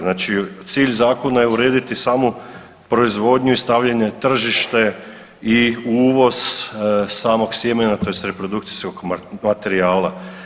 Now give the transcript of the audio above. Znači cilj zakona je urediti samu proizvodnju i stavljanje tržište i uvoz samog sjemena tj. reprodukcijskog materijala.